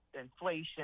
inflation